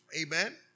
Amen